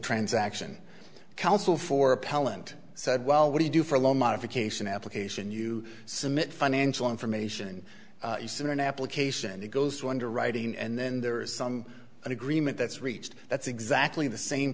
transaction counsel for appellant said well what do you do for a loan modification application you submit financial information in an application and it goes through underwriting and then there is some agreement that's reached that's exactly the same